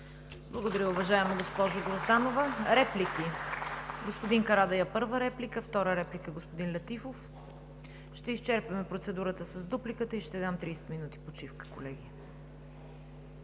Благодаря, уважаема госпожо Грозданова. Реплики? Господин Карадайъ – първа реплика. Втора реплика – господин Летифов. Ще изчерпаме процедурата с дупликата и ще дам 30 минути почивка, колеги.